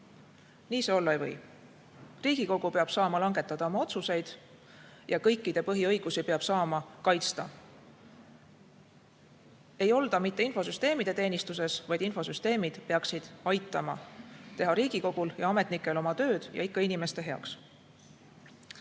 Nii see olla ei või. Riigikogu peab saama langetada oma otsuseid ja kõikide põhiõigusi peab saama kaitsta. Ei olda mitte infosüsteemide teenistuses, vaid infosüsteemid peaksid aitama teha Riigikogul ja ametnikel oma tööd, ja ikka inimeste heaks. Nüüd